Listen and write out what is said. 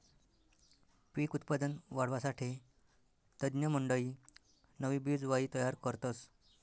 पिक उत्पादन वाढावासाठे तज्ञमंडयी नवी बिजवाई तयार करतस